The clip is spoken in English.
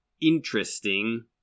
interesting